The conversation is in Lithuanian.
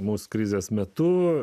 mus krizės metu